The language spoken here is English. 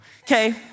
okay